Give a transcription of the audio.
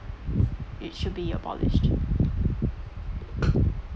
it should be abolished